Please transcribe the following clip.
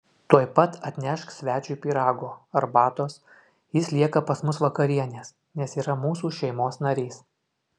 tuoj pat atnešk svečiui pyrago arbatos jis lieka pas mus vakarienės nes yra mūsų šeimos narys